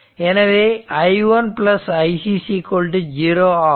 எனவே i 1 i c 0 ஆகும்